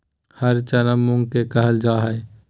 हरा चना मूंग के कहल जा हई